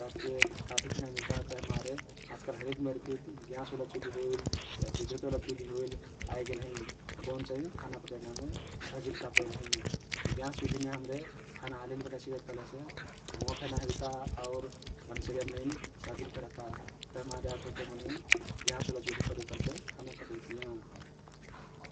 जाके काठी फे नाई मिल्ता तभिमारे आजकाल हरेक मेरके ग्याँस ओला चुल्ही होइल या बिधुत ओला चुल्ही होइल आइगेल हँइ जउन चाहिं खाना पकैनामे सहजिल करदेहले हँइ । ग्याँस चुल्हीमे हमरे खाना हाली हाली पकाइ सिकब कहलेसे धुवाँ फे नाई हुइता आउर भन्सरिया मनैन सहजिल फे रहता । तभिमारे आजकाल्हके मनै ग्याँस ओला चुल्ही प्रयोग करके खाना पकैतियाँ ।